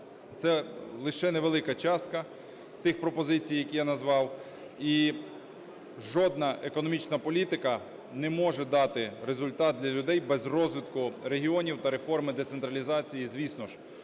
Це лише невелика частка тих пропозицій, які я назвав. І жодна економічна політика не може дати результат для людей без розвитку регіонів та реформи децентралізації, звісно ж.